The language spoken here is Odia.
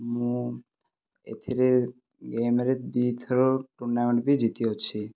ମୁଁ ଏଥିରେ ଗେମ୍ରେ ଦୁଇ ଥର ଟୁର୍ଣ୍ଣାମେଣ୍ଟ ବି ଜିତିଅଛି